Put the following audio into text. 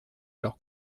leur